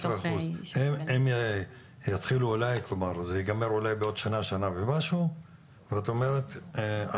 זה יגמר אולי בעוד שנה-שנה ומשהו ואת אומרת,